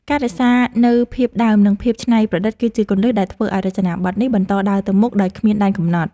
ការរក្សានូវភាពដើមនិងភាពច្នៃប្រឌិត គឺជាគន្លឹះដែលធ្វើឱ្យរចនាប័ទ្មនេះបន្តដើរទៅមុខដោយគ្មានដែនកំណត់។